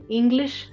English